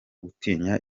gutinya